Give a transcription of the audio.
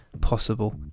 possible